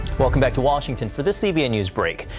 welcome back to washington for this cbn newsbreak.